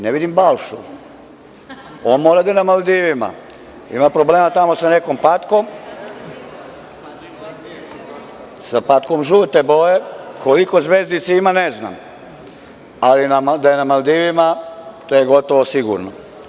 Ne vidim Balšu, mora da je na Maldivima, ima problema tamo sa nekom patkom žute boje, koliko zvezdica ima, ne znam, ali da je na Maldivima to je gotovo sigurno.